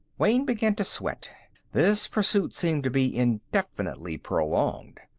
wayne began to sweat this pursuit seemed to be indefinitely prolonged,